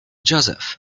joseph